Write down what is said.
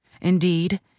Indeed